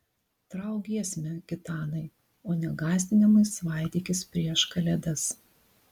trauk giesmę gitanai o ne gąsdinimais svaidykis prieš kalėdas